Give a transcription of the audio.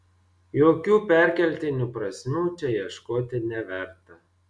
jokių perkeltinių prasmių čia ieškoti neverta